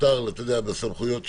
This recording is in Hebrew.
בסמכויות שלנו,